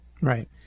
Right